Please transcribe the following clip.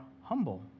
humble